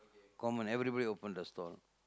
common everybody open the stall